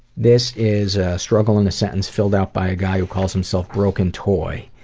this is struggle in a sentence filled out by a guy who calls himself brokentoy,